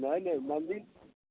नहि नहि मन्दिर